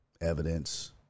evidence